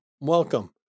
welcome